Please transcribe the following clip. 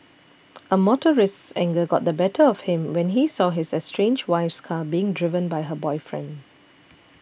a motorist's anger got the better of him when he saw his estranged wife's car being driven by her boyfriend